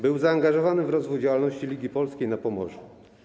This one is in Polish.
Był zaangażowany w rozwój działalności Ligi Polskiej na Pomorzu.